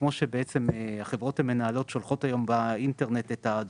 כמו שהחברות המנהלות שולחות באינטרנט את הדוח,